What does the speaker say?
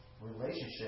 relationship